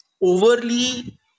overly